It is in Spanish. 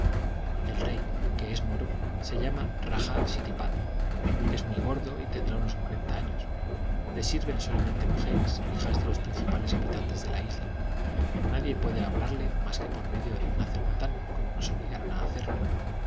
el rey que es moro se llama raja siripada es muy gordo y tendrá unos cuarenta años le sirven solamente mujeres hijas de los principales habitantes de la isla nadie puede hablarle mas que por medio de una cerbatana como nos obligaron a hacerlo